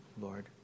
Lord